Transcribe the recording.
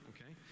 Okay